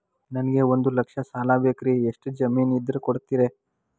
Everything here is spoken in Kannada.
ನನಗೆ ಒಂದು ಲಕ್ಷ ಸಾಲ ಬೇಕ್ರಿ ಎಷ್ಟು ಜಮೇನ್ ಇದ್ರ ಕೊಡ್ತೇರಿ?